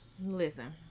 listen